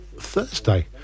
Thursday